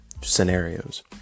scenarios